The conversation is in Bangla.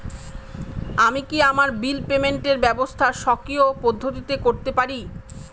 আমি কি আমার বিল পেমেন্টের ব্যবস্থা স্বকীয় পদ্ধতিতে করতে পারি?